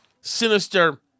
sinister